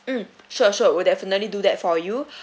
um sure sure we'll definitely do that for you